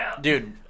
dude